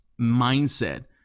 mindset